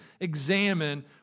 examine